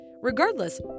Regardless